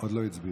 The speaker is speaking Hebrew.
שעוד לא הצביעו.